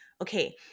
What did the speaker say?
Okay